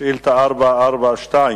שאילתא מס' 442,